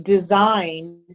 designed